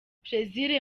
plaisir